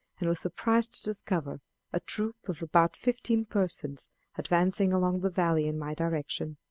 and was surprised to discover a troop of about fifteen persons advancing along the valley in my direction.